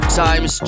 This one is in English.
times